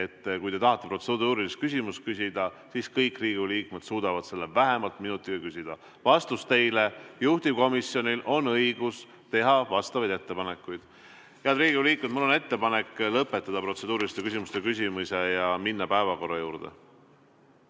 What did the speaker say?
Kui te tahate protseduurilist küsimust küsida, siis kõik Riigikogu liikmed suudavad selle vähemalt minutiga küsida. Vastus teile: juhtivkomisjonil on õigus teha vastavaid ettepanekuid. Head Riigikogu liikmed, mul on ettepanek lõpetada protseduuriliste küsimuste küsimine ja minna päevakorra juurde.